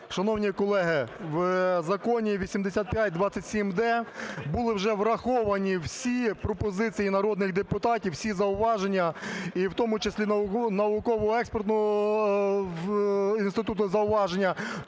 Шановні колеги, в законі 8527-д були вже враховані всі пропозиції народних депутатів, всі зауваження, і в тому числі науково-експертного інституту зауваження.